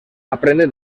aprendre